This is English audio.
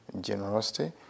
generosity